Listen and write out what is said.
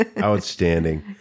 Outstanding